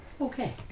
Okay